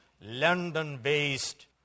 London-based